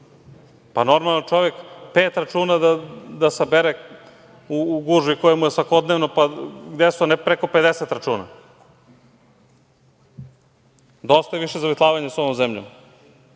Pa, normalan čovek pet računa da sabere u gužvi koja mu je svakodnevno, pa gde su, a ne preko 50 računa. Dosta je više zavitlavanja sa ovom zemljom.